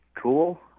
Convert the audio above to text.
cool